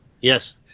yes